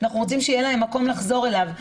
אנחנו רוצים שיהיה להם מקום לחזור אליו.